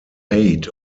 height